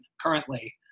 currently